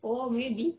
oh maybe